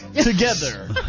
together